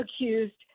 accused